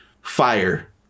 fire